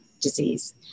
disease